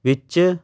ਵਿੱਚ